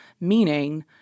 meaning